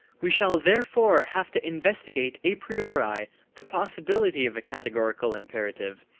we shall therefore have to investigate a priori the possibility of a categorical imperative,